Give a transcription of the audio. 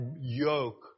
yoke